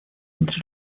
entre